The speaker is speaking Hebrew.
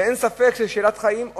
ואין ספק שיש שאלת חיים.